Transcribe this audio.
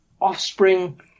offspring